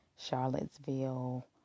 Charlottesville